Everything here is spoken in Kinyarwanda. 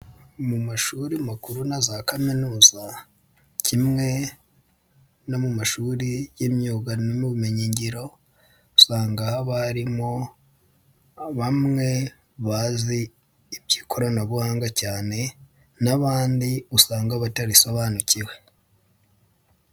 Mu mashuri makuru na za kaminuza kimwe no mu mashuri y'imyuga n'ubumenyi ngiro usanga haba harimo bamwe bazi iby'ikoranabuhanga cyane n'abandi usanga batarisobanukiwe.